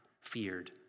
feared